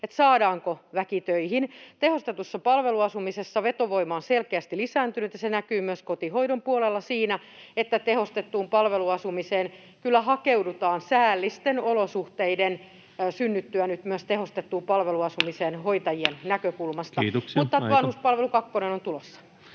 että saadaanko väki töihin. Tehostetussa palveluasumisessa vetovoima on selkeästi lisääntynyt, ja se näkyy myös kotihoidon puolella siinä, että tehostettuun palveluasumiseen kyllä hakeudutaan hoitajien näkökulmasta säällisten olosuhteiden synnyttyä nyt myös tehostettuun palveluasumiseen. [Puhemies: Kiitoksia! Aika!] Mutta vanhuspalvelu kakkonen on tulossa.